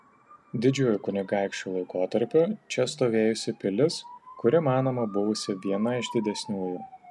didžiųjų kunigaikščių laikotarpiu čia stovėjusi pilis kuri manoma buvusi viena iš didesniųjų